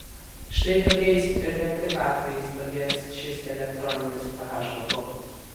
štai tokiais ir ne tik atvejais padės šis elektroninis ph matuoklis